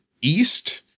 east